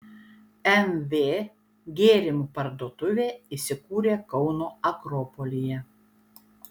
mv gėrimų parduotuvė įsikūrė kauno akropolyje